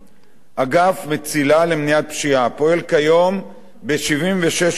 אגף "מצילה" למניעת פשיעה פועל כיום ב-76 רשויות,